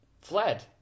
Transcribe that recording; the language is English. fled